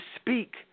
speak